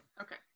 Okay